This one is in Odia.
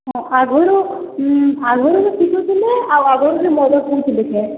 ହଁ ଆଗରୁ ଆଗରୁ ପିଟୁଥିଲେ ଆଉ ଆଗରୁ ଯେ ମଦ ପିଉଥିଲେ କାଏଁ